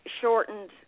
shortened